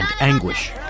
anguish